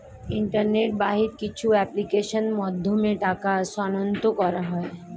internet বাহিত কিছু অ্যাপ্লিকেশনের মাধ্যমে টাকা স্থানান্তর করা হয়